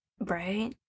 right